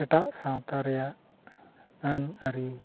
ᱮᱴᱟᱜ ᱥᱟᱶᱛᱟ ᱨᱮᱭᱟᱜ ᱟᱹᱱ ᱟᱹᱨᱤ